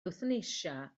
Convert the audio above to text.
ewthanasia